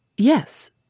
Yes